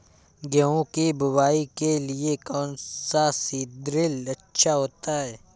गेहूँ की बुवाई के लिए कौन सा सीद्रिल अच्छा होता है?